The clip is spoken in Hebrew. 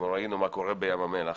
אנחנו ראינו מה קורה בים המלח,